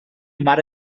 mare